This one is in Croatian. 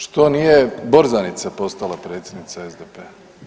Što nije Borzanica postala predsjednica SDP-a?